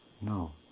No